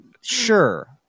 Sure